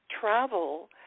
travel